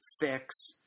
fix